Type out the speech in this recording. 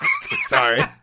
Sorry